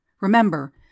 Remember